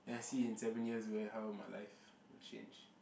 then I see in seven years where how my life change